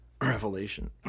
Revelation